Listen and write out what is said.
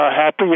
happy